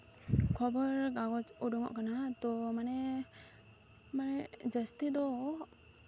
ᱠᱷᱚᱵᱚᱨ ᱠᱟᱜᱚᱡᱽ ᱩᱰᱩᱠᱚᱜ ᱠᱟᱱᱟ ᱛᱚ ᱢᱟᱱᱮ ᱢᱟᱱᱮ ᱡᱟᱹᱥᱛᱤ ᱫᱚ